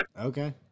Okay